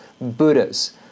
Buddhas